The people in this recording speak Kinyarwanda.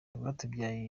rwatubyaye